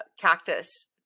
cactus